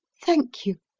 thank you!